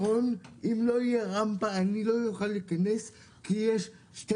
אם לא תהיה רמפה אני לא אוכל להיכנס כי יש שתי